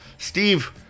Steve